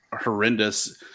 horrendous